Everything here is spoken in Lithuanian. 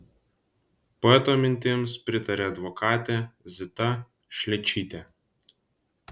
poeto mintims pritarė advokatė zita šličytė